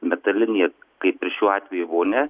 metalinės kaip ir šiuo atveju vonia